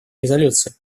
резолюции